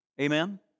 Amen